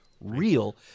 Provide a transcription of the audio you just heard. real